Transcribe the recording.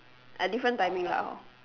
a different timing lah hor